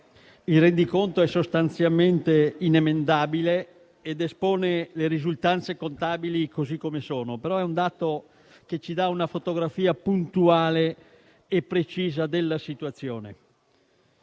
Il rendiconto è sostanzialmente inemendabile ed espone le risultanze contabili così come sono, però ci offre una fotografia puntuale e precisa della situazione.